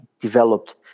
developed